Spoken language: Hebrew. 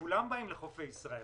כולם באים לחופי ישראל,